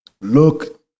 look